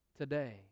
Today